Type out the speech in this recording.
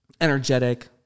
energetic